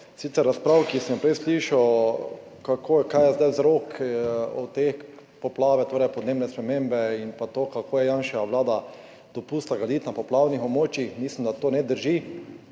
Sicer razprava, ki sem jo prej slišal, kako, kaj je zdaj vzrok za te poplave, torej podnebne spremembe, in to, da je Janševa vlada dopustila graditi na poplavnih območjih, mislim, da to ne drži.